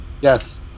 Yes